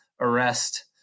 arrest